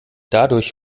dadurch